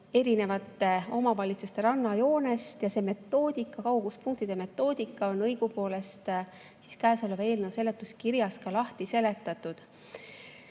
erinevate omavalitsuste rannajoonest. See kauguspunktide metoodika on õigupoolest käesoleva eelnõu seletuskirjas lahti seletatud. Tasub